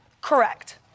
Correct